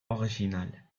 originel